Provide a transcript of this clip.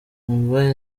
umva